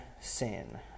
sin